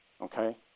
Okay